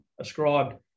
ascribed